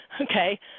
okay